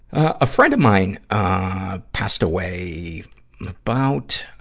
a friend of mine, ah, passed away about, ah,